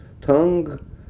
tongue